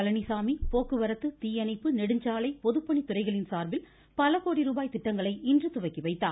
பழனிச்சாமி போக்குவரத்து தீயணைப்பு நெடுஞ்சாலை பொதுப்பணித்துறைகளின் சார்பில் பலகோடி ரூபாய் திட்டங்களை இன்று துவக்கி வைத்தார்